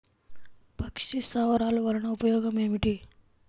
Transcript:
పక్షి స్థావరాలు వలన ఉపయోగం ఏమిటి?